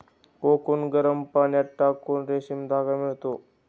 cocoon गरम पाण्यात टाकून रेशीम धागा मिळतो